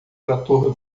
trator